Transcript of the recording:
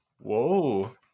Whoa